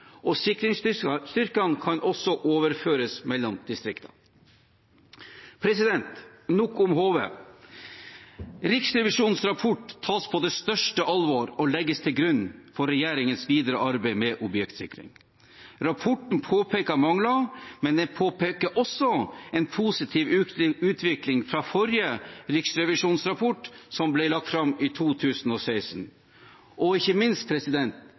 står overfor. Sikringsstyrkene kan også overføres mellom distriktene. – Nok om HV. Riksrevisjonens rapport tas på det største alvor og legges til grunn for regjeringens videre arbeid med objektsikring. Rapporten påpeker mangler, men den påpeker også en positiv utvikling fra forrige riksrevisjonsrapport, som ble lagt fram i 2016. Og ikke minst: